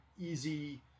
easy